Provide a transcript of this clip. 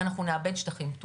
אנחנו נאבד שטחים.